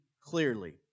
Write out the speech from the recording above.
clearly